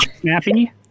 Snappy